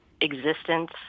existence